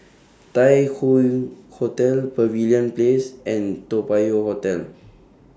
Tai Hoe Hotel Pavilion Place and Toa Payoh Hotel